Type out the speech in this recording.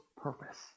purpose